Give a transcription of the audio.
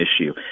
issue